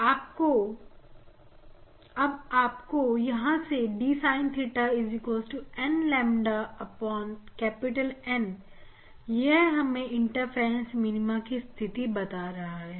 आप आपको यहां से dSin𝜭 n ƛN यह हमें इंटरफ्रेंस मिनीमा की स्थिति बता रहा है